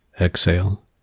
Exhale